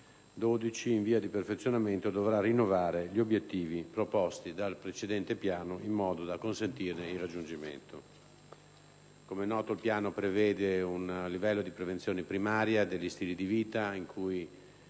in via di perfezionamento, dovrà rinnovare gli obiettivi proposti dal precedente piano in modo da consentirne il raggiungimento. Com'è noto, il piano prevede un livello di prevenzione primaria degli stili di vita, in cui